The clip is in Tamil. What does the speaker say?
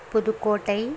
புதுக்கோட்டை